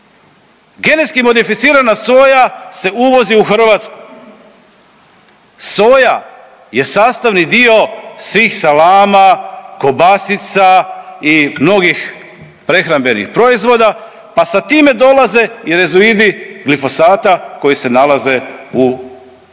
Genetski modificirana soja se uvozi u Hrvatsku, soja je sastavni dio svih salama, kobasica i mnogih prehrambenih proizvoda, pa sa time dolaze i rezoidi glifosata koji se nalaze u tijelima